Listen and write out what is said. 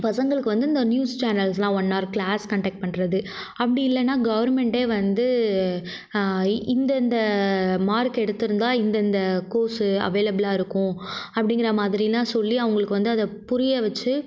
பசங்களுக்கு வந்து இந்த நியூஸ் சேனல்ஸ்யெலாம் ஒன் நார் க்ளாஸ் கண்டக்ட் பண்ணுறது அப்படி இல்லைனா கவுர்மெண்டே வந்து இந்தந்த மார்க் எடுத்திருந்தா இந்தந்த கோர்ஸ் அவைலபிளாக இருக்கும் அப்படிங்கற மாதிரிலாம் சொல்லி அவங்களுக்கு வந்து அதை புரிய வச்சு